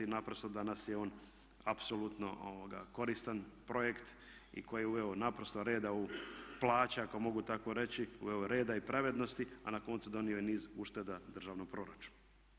Naprosto danas je on apsolutno koristan projekt koji je uveo naprosto reda u plaće ako mogu tako reći, uveo reda i pravednosti a na koncu donio i niz ušteda državnom proračunu.